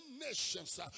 nations